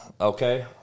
Okay